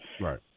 right